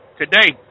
today